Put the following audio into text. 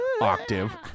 Octave